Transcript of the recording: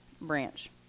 branch